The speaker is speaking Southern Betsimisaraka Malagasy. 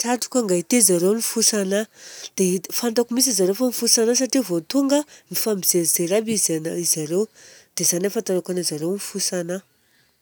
Tratriko angaity arizareo nifosa anahy, dia fantako mintsy arizareo fa mifosa anahy fa vao tonga aho, nifampijerijery aby arizareo. Dia izay nahafantarako anarizareo mifosa anahy.